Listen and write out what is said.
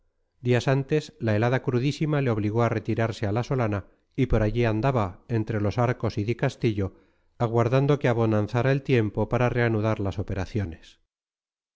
días antes la helada crudísima le obligó a retirarse a la solana y por allí andaba entre los arcos y dicastillo aguardando que abonanzara el tiempo para reanudar las operaciones